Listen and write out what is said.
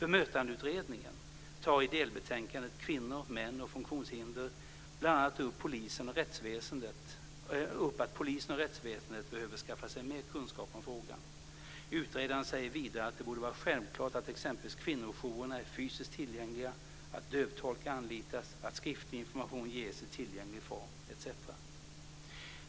1998:138, bl.a. upp att polisen och rättsväsendet behöver skaffa sig mer kunskap om frågan. Utredaren säger vidare att det borde vara självklart att exempelvis kvinnojourerna är fysiskt tillgängliga, att dövtolkar anlitas, att skriftlig information ges i tillgänglig form etc.